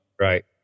right